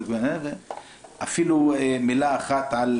אפילו מילה אחת על